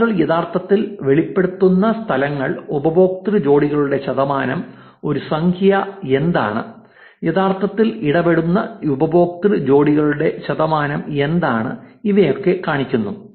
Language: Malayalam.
ആളുകൾ യഥാർത്ഥത്തിൽ വെളിപ്പെടുത്തുന്ന സ്ഥലങ്ങൾ ഉപയോക്തൃ ജോഡികളുടെ ശതമാനം ഒരു സംഖ്യ എന്താണ് യഥാർത്ഥത്തിൽ ഇടപെടുന്ന ഉപയോക്തൃ ജോഡികളുടെ ശതമാനം എന്താണ് ഇവയൊക്കെ കാണിക്കുന്നു